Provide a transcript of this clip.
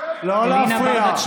אוהב חרדים.